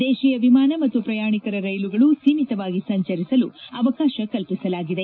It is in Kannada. ದೇಶೀಯ ವಿಮಾನ ಮತ್ತು ಪ್ರಯಾಣಿಕರ ರೈಲುಗಳು ಸೀಮಿತವಾಗಿ ಸಂಚರಿಸಲು ಅವಕಾಶ ಕಲ್ಲಿಸಲಾಗಿದೆ